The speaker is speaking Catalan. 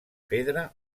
pedra